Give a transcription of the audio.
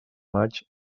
maig